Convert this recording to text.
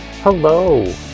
Hello